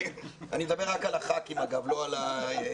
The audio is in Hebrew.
אני מדבר רק על חברי הכנסת אגב, לא על אחרים.